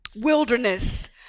wilderness